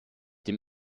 dem